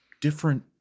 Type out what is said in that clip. different